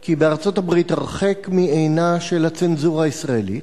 כי בארצות-הברית, הרחק מעינה של הצנזורה הישראלית,